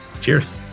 Cheers